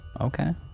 Okay